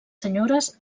senyores